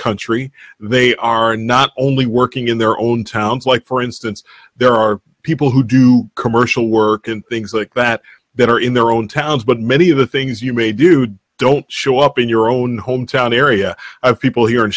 country they are not only working in their own towns like for instance there are people who do commercial work and things like that that are in their own towns but many of the things you may do don't show up in your own hometown area of people here in